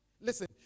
Listen